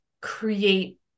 create